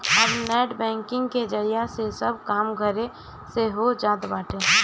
अब net banking के जरिया से सब काम घरे से हो जात बाटे